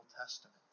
Testament